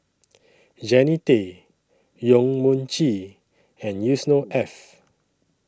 Jannie Tay Yong Mun Chee and Yusnor Ef